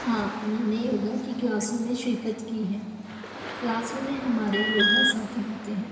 ہاں میں نے یوگا کی کلاسوں میں شرکت کی ہے کلاس روم میں ہمارے یوگا ساتھی ہوتے ہیں